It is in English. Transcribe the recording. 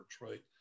right